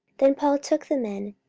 then paul took the men,